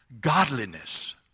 Godliness